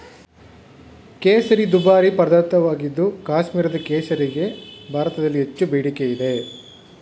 ಕೇಸರಿ ದುಬಾರಿ ಪದಾರ್ಥವಾಗಿದ್ದು ಕಾಶ್ಮೀರದ ಕೇಸರಿಗೆ ಭಾರತದಲ್ಲಿ ಹೆಚ್ಚು ಬೇಡಿಕೆ ಇದೆ